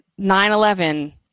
9-11